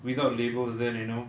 without labels then you know